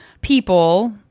people